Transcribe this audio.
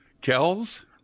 Kells